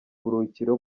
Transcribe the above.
buruhukiro